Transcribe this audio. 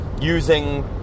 using